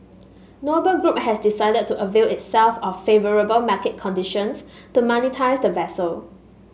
Noble Group has decided to avail itself of favourable market conditions to monetise the vessel